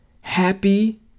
happy